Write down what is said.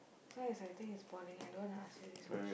so as I think it's boring I don't wanna ask you this question